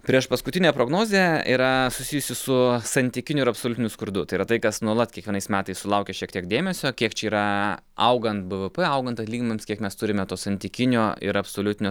priešpaskutinė prognozė yra susijusi su santykiniu ir absoliutiniu skurdu tai yra tai kas nuolat kiekvienais metais sulaukia šiek tiek dėmesio kiek čia yra augant bvp paaugant atlyginimams kiek mes turime to santykinio ir absoliutinio